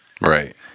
Right